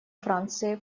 франции